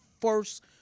first